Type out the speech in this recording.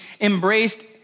embraced